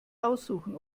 aussuchen